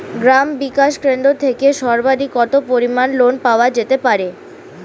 গ্রাম বিকাশ কেন্দ্র থেকে সর্বাধিক কত পরিমান লোন পাওয়া যেতে পারে?